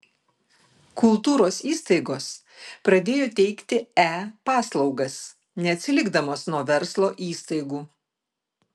kultūros įstaigos pradėjo teikti e paslaugas neatsilikdamos nuo verslo įstaigų